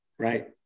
Right